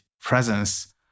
presence